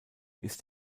ist